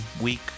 week